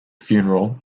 funeral